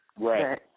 Right